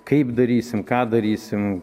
kaip darysim ką darysim